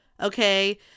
Okay